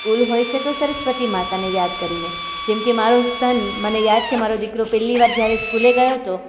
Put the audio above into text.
school હોય છે તો સરસ્વતીમાતાને યાદ કરીને જેમકે મારો સન મને યાદ છે મારો દીકરો પહેલી વાર જ્યારે સ્કૂલે ગયો હતો